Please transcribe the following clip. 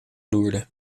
loerde